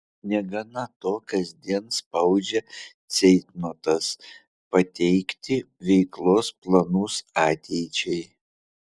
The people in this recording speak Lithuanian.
negana to kasdien spaudžia ceitnotas pateikti veiklos planus ateičiai